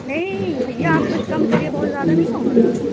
نہیں بھیا آپ کچھ کم کریے بہت زیادہ نہیں ہو رہا ہے